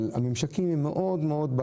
אבל הממשקים הם מאוד מאוד בקצוות.